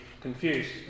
confused